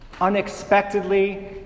unexpectedly